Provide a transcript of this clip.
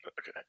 Okay